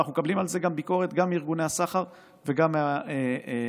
ואנו מקבלים על זה ביקורת גם מארגוני הסחר וגם מה-OECD.